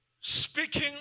Speaking